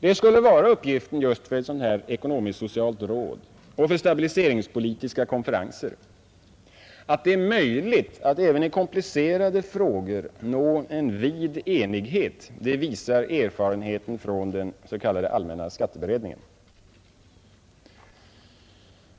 Det skulle vara uppgiften för ett sådant här ekonomiskt-socialt råd och för stabiliseringspolitiska konferenser. Att det är möjligt att även i komplicerade frågor nå en vid enighet visar erfarenheten från den s.k. allmänna skatteberedningen.